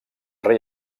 rei